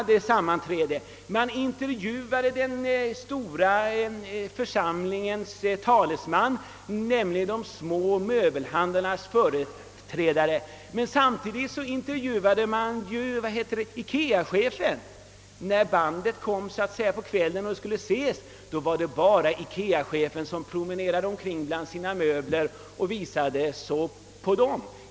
Därvid intervjuades en talesman för de små möbelhandlarna. Samtidigt intervjuades emellertid också Ikea-chefen. När programmets spelades upp på kvällen i TV visades bara Ikea-chefen, som promenerade omkring bland sina möbler och förevisade dessa.